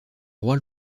rois